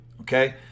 Okay